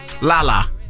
Lala